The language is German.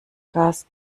gas